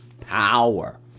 Power